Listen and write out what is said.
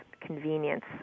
convenience